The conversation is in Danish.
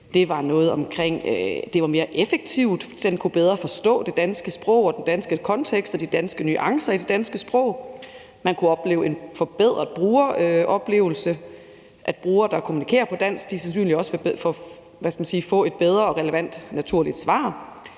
det var mere effektivt, og at den bedre ville kunne forstå det danske sprog, den danske kontekst og de danske nuancer i det danske sprog. Man kunne opleve en forbedret brugeroplevelse, og at brugere, der kommunikerer på dansk, sandsynligvis også ville få et bedre og også relevant naturligt svar.